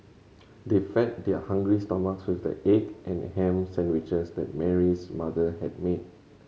they fed their hungry stomachs with the egg and ham sandwiches that Mary's mother had made